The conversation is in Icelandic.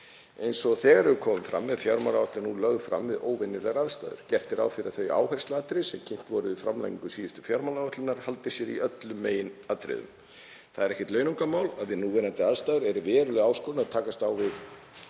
Eins og þegar hefur komið fram er fjármálaáætlun lögð fram við óvenjulegar aðstæður. Gert er ráð fyrir að þau áhersluatriði sem kynnt voru við framlagningu síðustu fjármálaáætlunar haldi sér í öllum meginatriðum. Það er ekkert launungamál að við núverandi aðstæður er veruleg áskorun að takast á við